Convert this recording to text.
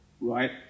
right